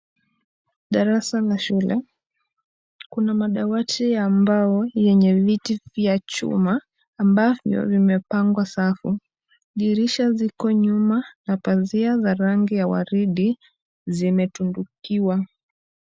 Darasa la shule. Kuna madawati ya mbao yenye viti vya chuma ambavyo vimepangwa safu. Dirisha ziko nyuma na pazia za rangi ya waridi zimetundukiwa.